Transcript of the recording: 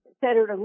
Senator